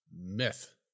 myth